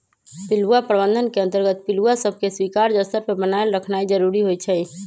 पिलुआ प्रबंधन के अंतर्गत पिलुआ सभके स्वीकार्य स्तर पर बनाएल रखनाइ जरूरी होइ छइ